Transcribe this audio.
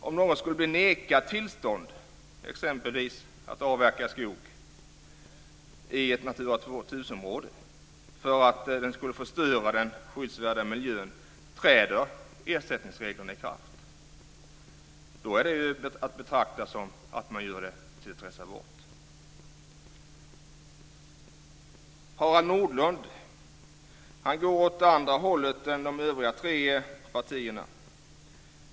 Om någon skulle bli nekad tillstånd att exempelvis avverka skog i ett Natura 2000-område för att det skulle förstöra den skyddsvärda miljön så träder ersättningsreglerna i kraft. Då är det att betrakta som att man gör det till ett reservat. Harald Nordlund går åt ett annat håll än de övriga tre partierna.